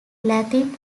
latin